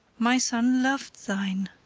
my son lov'd thine.